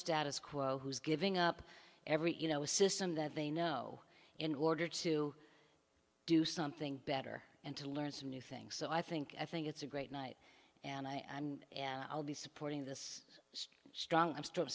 status quo who's giving up every you know system that they know in order to do something better and to learn some new things so i think i think it's a great night and i and and i'll be supporting this strong i'm still